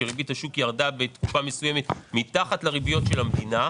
כאשר ריבית השוק ירדה בתקופה מסוימת מתחת לריביות של המדינה.